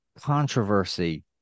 controversy